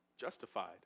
justified